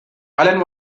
allen